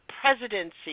presidency